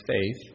faith